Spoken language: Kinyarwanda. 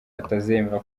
atazemera